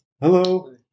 Hello